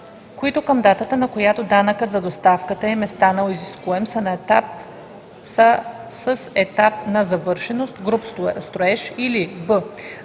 които към датата, на която данъкът за доставката им е станал изискуем, са с етап на завършеност „груб строеж“, или б)